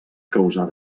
causar